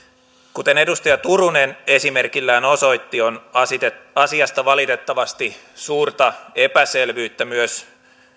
kuten edustaja turunen esimerkillään osoitti on asiasta valitettavasti suurta epäselvyyttä myös